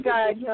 God